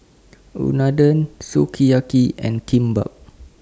Unadon Sukiyaki and Kimbap